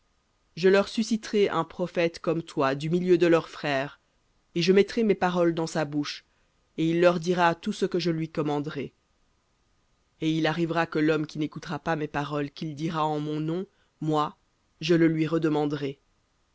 je leur susciterai un prophète comme toi du milieu de leurs frères et je mettrai mes paroles dans sa bouche et il leur dira tout ce que je lui commanderai et il arrivera que l'homme qui n'écoutera pas mes paroles qu'il dira en mon nom moi je le lui redemanderai